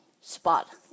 spot